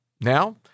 Now